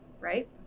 Right